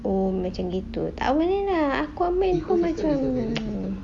oh macam gitu tak boleh lah aquaman pun macam